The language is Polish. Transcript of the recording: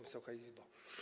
Wysoka Izbo!